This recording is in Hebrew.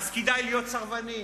אז כדאי להיות סרבנים,